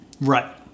Right